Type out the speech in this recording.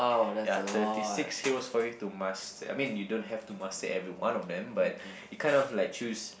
ya thirty six heroes for you to master I mean you don't have to master every one of them but you kind of like choose